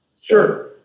Sure